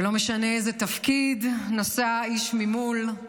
ולא משנה איזה תפקיד נשא האיש ממול.